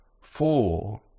Four